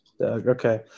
Okay